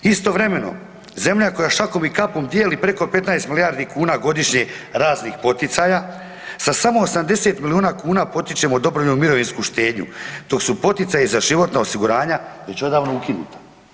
Istovremeno zemlja koja šakom i kapom dijeli preko 15 milijardi kuna godišnje raznih poticaja, sa samo 80 milijuna kuna potičemo dobrovoljnu mirovinsku štednju dok su poticaji za životna osiguranja već odavno ukinuta.